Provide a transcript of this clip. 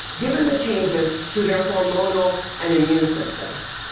given the changes to their hormonal and immune systems.